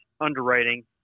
underwriting